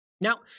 Now